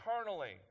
eternally